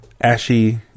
ashy